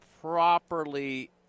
properly